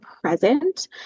present